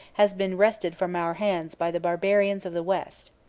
has been wrested from our hands by the barbarians of the west.